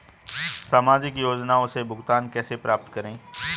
सामाजिक योजनाओं से भुगतान कैसे प्राप्त करें?